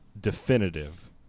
definitive